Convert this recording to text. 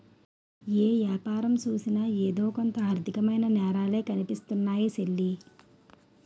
ఏ యాపారం సూసినా ఎదో కొంత ఆర్దికమైన నేరాలే కనిపిస్తున్నాయ్ సెల్లీ